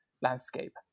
landscape